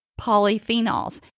polyphenols